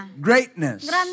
Greatness